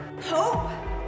Hope